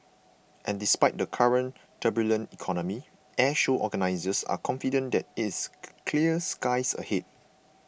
and despite the current turbulent economy Airshow organisers are confident that it's clear skies ahead